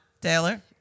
Taylor